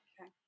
okay